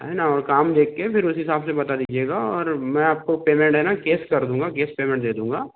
है न और काम देख कर फिर उस हिसाब से बता दीजिएगा और मैं आपको पेमेंट है न केस कर दूंगा केस पेमेंट दे दूंगा